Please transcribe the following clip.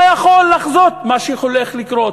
אתה יכול לחזות מה שהולך לקרות,